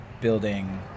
building